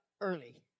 early